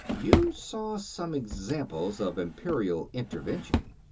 you saw some examples of imperial intervention.